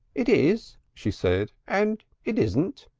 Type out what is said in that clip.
it is, she said, and it isn't.